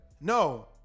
No